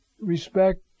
respect